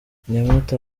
nyamata